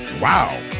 Wow